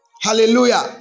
Hallelujah